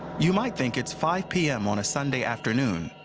you might think it's five pm on a sunday afternoon,